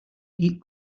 eat